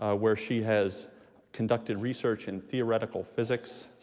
ah where she has conducted research in theoretical physics,